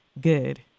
good